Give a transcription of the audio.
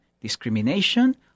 discrimination